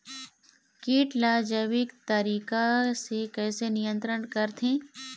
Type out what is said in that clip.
कीट ला जैविक तरीका से कैसे नियंत्रण करथे?